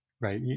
right